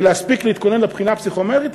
להספיק להתכונן לבחינה הפסיכומטרית,